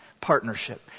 Partnership